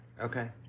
Okay